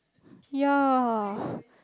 yeah